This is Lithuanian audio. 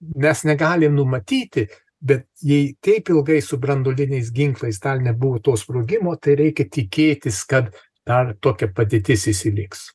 mes negalim numatyti bet jei taip ilgai su branduoliniais ginklais gal nebuvo to sprogimo tai reikia tikėtis kad dar tokia padėtis įsiliks